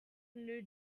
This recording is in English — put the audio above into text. new